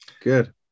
Good